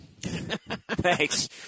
Thanks